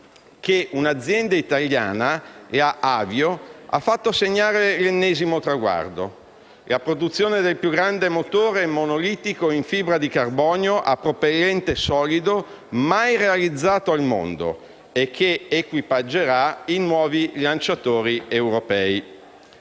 che un'azienda italiana, la AVIO, ha fatto segnare l'ennesimo traguardo: la produzione del più grande motore monolitico in fibra di carbonio a propellente solido mai realizzato al mondo, che equipaggerà i nuovi lanciatori europei.